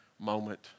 moment